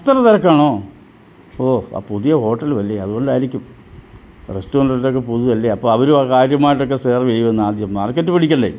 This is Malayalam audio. അത്ര തിരക്കാണോ ഓ ആ പുതിയ ഹോട്ടലും അല്ലെ അതുകൊണ്ടായിരിക്കും റെസ്റ്റോറൻറ്റൊക്കെ പുതിയതല്ലെ അപ്പോള് അവരും കാര്യമായിട്ടൊക്കെ സെർവീയ്യുന്ന് ആദ്യം മാർക്കറ്റ് പിടിക്കണ്ടേ